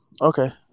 Okay